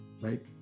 right